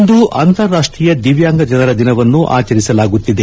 ಇಂದು ಅಂತಾರಾಷ್ಟೀಯ ದಿವ್ಯಾಂಗ ಜನರ ದಿನವನ್ನು ಆಚರಿಸಲಾಗುತ್ತಿದೆ